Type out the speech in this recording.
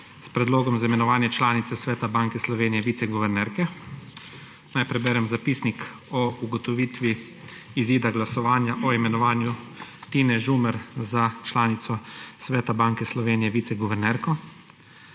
– Predlog za imenovanje članice Sveta Banke Slovenije – viceguvernerke. Naj preberem zapisnik o ugotovitvi izida glasovanja o imenovanju Tine Žumer za članico Sveta Banke Slovenije – viceguvernerko.